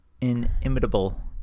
inimitable